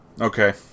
Okay